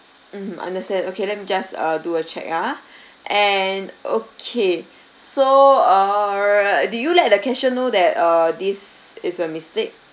mmhmm understand okay let me just uh do a check ah and okay so err did you let the cashier know that uh this is a mistake